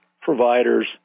providers